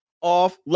off